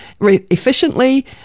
efficiently